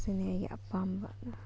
ꯃꯁꯤꯅꯤ ꯑꯩꯒꯤ ꯑꯄꯥꯝꯕ